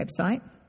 website